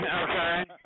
Okay